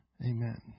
Amen